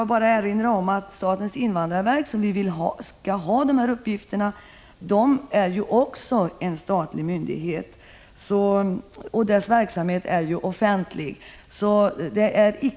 Jag vill erinra om att statens invandrarverk, som vi anser skall handha dessa uppgifter, också är en statlig myndighet, och dess verksamhet är offentlig.